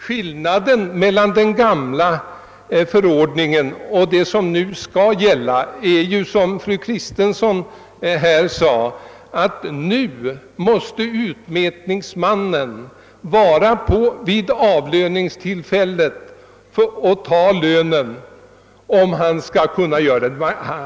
Skillnaden mellan den gamla förordningen och den som nu skall komma att gälla är, såsom fru Kristensson sade, att utmätningsmannen nu måste vara närvarande vid avlöningstillfället om han skall kunna göra utmätningen.